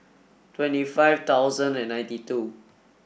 twenty five thousand and ninety two